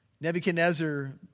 Nebuchadnezzar